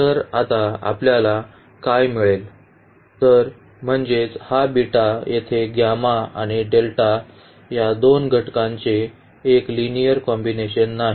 तर आता आपल्याला काय मिळेल तर म्हणजेच हा बीटा येथे गॅमा आणि डेल्टा या दोन घटकांचे एक लिनिअर कॉम्बिनेशन नाही